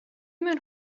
mewn